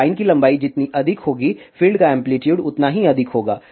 तो लाइन की लंबाई जितनी अधिक होगी फील्ड का एम्पलीटूड उतना ही अधिक होगा